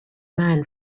man